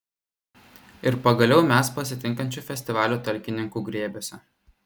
ir pagaliau mes pasitinkančių festivalio talkininkų glėbiuose